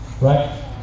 Right